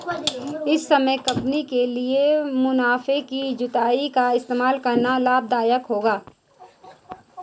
इस समय कंपनी के लिए मुनाफे की जुताई का इस्तेमाल करना लाभ दायक होगा